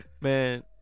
Man